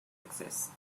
exist